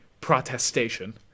protestation